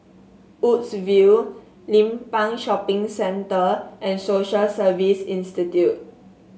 Woodsville Limbang Shopping Centre and Social Service Institute